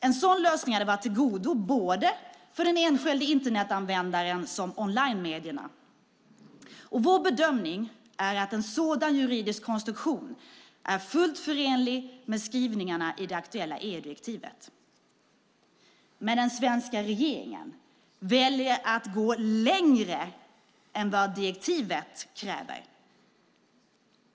En sådan lösning hade varit till godo både för den enskilde Internetanvändaren som onlinemedierna, och vår bedömning är att en sådan juridisk konstruktion är fullt förenlig med skrivningarna i det aktuella EU-direktivet. Men den svenska regeringen väljer att gå längre än vad direktivet kräver.